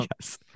Yes